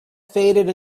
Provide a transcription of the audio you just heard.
faded